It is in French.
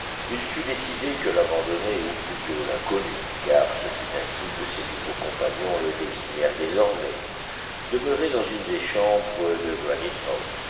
il fut décidé que l'abandonné ou plutôt l'inconnu car ce fut ainsi que ses nouveaux compagnons le désignèrent désormais demeurerait dans une des chambres de